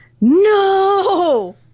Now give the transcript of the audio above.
No